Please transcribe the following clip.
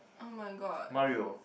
[oh]-my-god